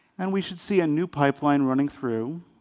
and we should see a new pipeline running through.